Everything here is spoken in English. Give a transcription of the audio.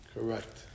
Correct